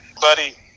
Buddy